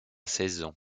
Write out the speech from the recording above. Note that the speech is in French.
saison